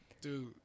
Dude